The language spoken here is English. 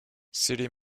city